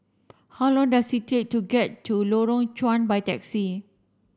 how long does it take to get to Lorong Chuan by taxi